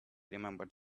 remembered